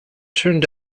turned